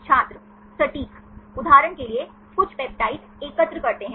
छात्र सटीक उदाहरण के लिए कुछ पेप्टाइड एकत्र करते हैं